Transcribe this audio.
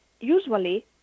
usually